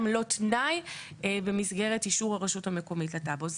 הם לא תנאי במסגרת אישור הרשות המקומית לטאבו.